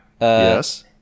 Yes